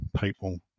people